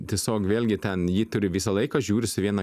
tiesiog vėlgi ten jį turi visą laiką žiūrisi viena